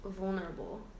vulnerable